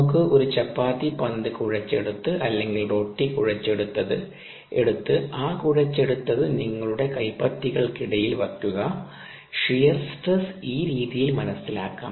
നമുക്ക് ഒരു ചപ്പാത്തി പന്ത് കുഴച്ചെടുത്തത് അല്ലെങ്കിൽ റൊട്ടി കുഴച്ചെടുത്തത് എടുത്ത് ആ കുഴച്ചെടുത്തത് നിങ്ങളുടെ കൈപ്പത്തികൾക്കിടയിൽ വയ്ക്കുക ഷിയർ സ്ട്രെസ്സ് ഈ രീതിയിൽ മനസ്സിലാക്കാം